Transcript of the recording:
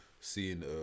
seeing